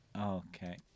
Okay